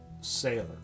sailor